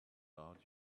out